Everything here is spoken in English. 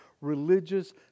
religious